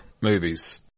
movies